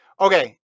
okay